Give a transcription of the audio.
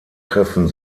treffen